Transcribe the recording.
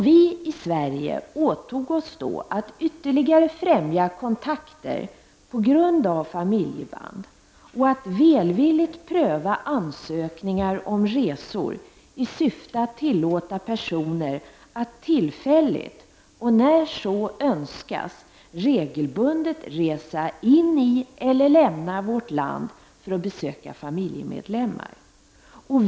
Vi i Sverige åtog oss då att ytterligare främja kontakter på grund av familjeband, att välvilligt pröva ansökningar om resor i syfte att tillåta personer att tillfälligt och när så önskas regelbundet resa in i eller lämna vårt land för att besöka familjemedlemmar.